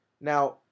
Now